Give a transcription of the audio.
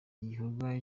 gikorwa